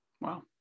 wow